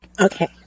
okay